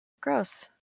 Gross